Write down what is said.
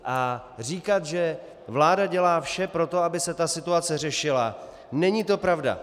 A říkat, že vláda dělá vše pro to, aby se ta situace řešila není to pravda.